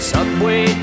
Subway